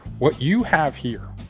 what you have here